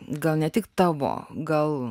gal ne tik tavo gal